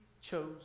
chose